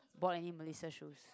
bought any Mellisa shoes